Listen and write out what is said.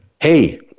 Hey